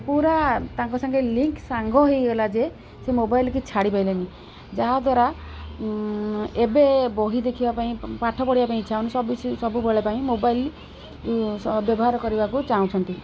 ପୁରା ତାଙ୍କ ସାଙ୍ଗେ ଲିଙ୍କ ସାଙ୍ଗ ହେଇଗଲା ଯେ ସେ ମୋବାଇଲ୍ କି ଛାଡ଼ି ପାଇଲେନି ଯାହାଦ୍ୱାରା ଏବେ ବହି ଦେଖିବା ପାଇଁ ପାଠ ପଢ଼ିବା ପାଇଁ ଇଚ୍ଛା ହଉନି ସବୁ ସବୁବେଳ ପାଇଁ ମୋବାଇଲ୍ ବ୍ୟବହାର କରିବାକୁ ଚାହୁଁଛନ୍ତି